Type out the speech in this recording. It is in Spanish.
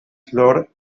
flor